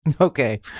Okay